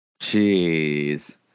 Jeez